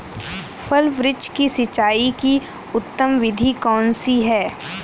फल वृक्ष की सिंचाई की उत्तम विधि कौन सी है?